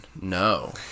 No